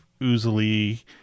oozily